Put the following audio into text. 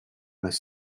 les